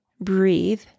breathe